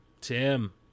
Tim